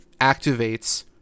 activates